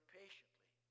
patiently